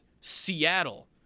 Seattle